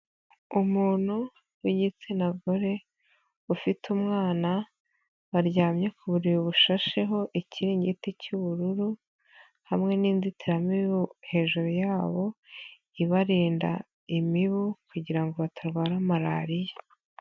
Umuntu w'igitsina gore ufite umwana baryamye ku buriri bushasheho ikiringiti cy'ubururu hamwe n'inzitiramibu hejuru yabo ibarinda imibu kugira ngo batarwara Malariya.